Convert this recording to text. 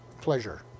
pleasure